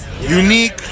Unique